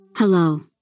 Hello